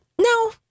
no